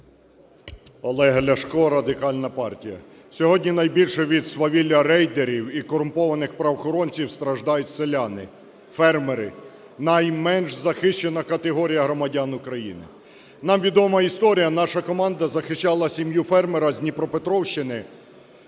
Олег Ляшко, Радикальна партія. Сьогодні найбільше від свавілля рейдерів і корумпованих правоохоронців страждають селяни, фермери – найменш захищена категорія громадян України. Нам відома історія, наша команда захищала сім'ю фермера з Дніпропетровщини.